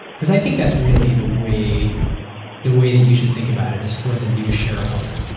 because i think that's really the way the way that you should think about it is for the new shareholder.